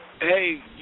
Hey